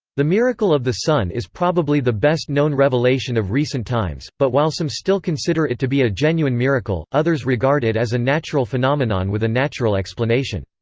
the miracle of the sun is probably the best-known revelation of recent times, but while some still consider it to be a genuine miracle, others regard it as a natural phenomenon with a natural explanation.